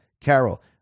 Carol